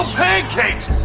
pancakes.